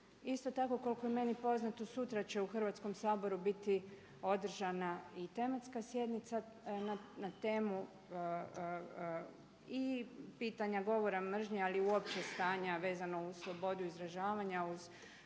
Isto tako koliko je meni poznato sutra će u Hrvatskom saboru biti održana i tematska sjednica na temu i pitanja govora mržnje, ali uopće stanja vezano uz slobodu izražavanja uz